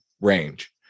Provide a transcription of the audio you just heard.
range